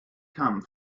come